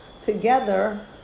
together